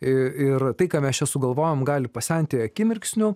ir tai ką mes sugalvojom gali pasenti akimirksniu